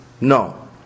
No